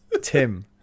Tim